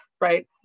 right